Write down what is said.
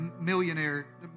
millionaire